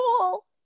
cool